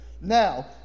Now